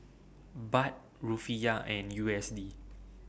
Baht Rufiyaa and U S D